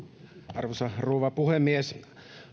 arvoisa rouva puhemies